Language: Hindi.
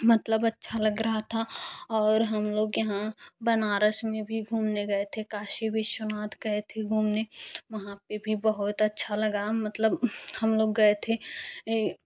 मतलब अच्छा लग रहा था और हम लोग यहाँ बनारस में भी घूमने गए थे काशी विश्वनाथ गए थे घूमने वहाँ पे भी बहुत अच्छा लगा मतलब हम लोग गए थे ये